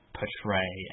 portray